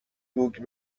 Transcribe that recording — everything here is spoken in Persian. دوگ